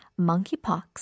monkeypox